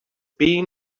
been